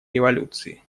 революции